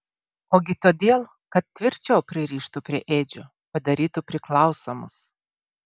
ogi todėl kad tvirčiau pririštų prie ėdžių padarytų priklausomus